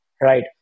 right